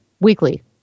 weekly